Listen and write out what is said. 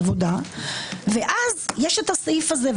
בעבודה, ואז יש הסעיף הזה.